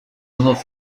unos